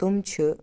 تِم چھِ